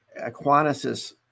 Aquinas